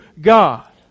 God